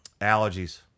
Allergies